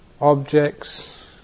Objects